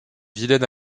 vilaine